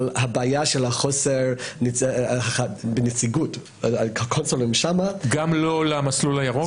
אבל הבעיה של החוסר בנציגות קונסולים שם --- גם לא למסלול הירוק?